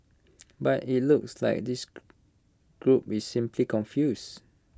but IT looks like this group is simply confuse